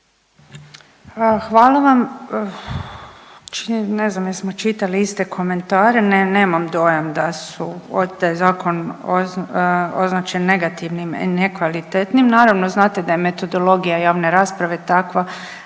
Hvala vam. Ne znam jesmo čitali iste komentare, ne nemam dojam da su od, da je zakon označen negativnim i nekvalitetnim. Naravno znate da je metodologija javne rasprave takva